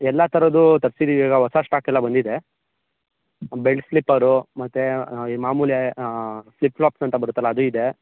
ಎಲ್ಲಾ ಥರದ್ದು ತರಿಸಿದಿವೀಗ ಹೊಸ ಸ್ಟಾಕ್ ಎಲ್ಲ ಬಂದಿದೆ ಬೆಲ್ಟ್ ಸ್ಲಿಪ್ಪರು ಮತ್ತೆ ಈ ಮಾಮೂಲಿ ಫ್ಲಿಪ್ ಪ್ಲಾಪ್ಸ್ ಅಂತ ಬರುತ್ತಲ್ಲ ಅದು ಇದೆ